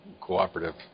cooperative